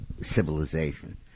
civilization